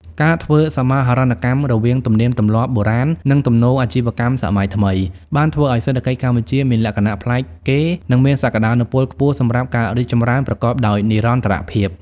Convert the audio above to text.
ការធ្វើសមាហរណកម្មរវាងទំនៀមទម្លាប់បុរាណ និងទំនោរអាជីវកម្មសម័យថ្មី បានធ្វើឱ្យសេដ្ឋកិច្ចកម្ពុជាមានលក្ខណៈប្លែកគេ និងមានសក្តានុពលខ្ពស់សម្រាប់ការរីកចម្រើនប្រកបដោយនិរន្តរភាព។